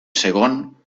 segon